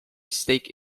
stake